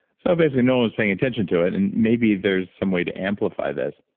so basically no one was paying attention to it, and maybe there's some way to amplify this.